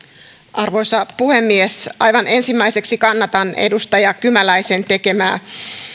arvoisa puhemies aivan ensimmäiseksi kannatan edustaja kymäläisen